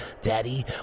Daddy